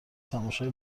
تماشای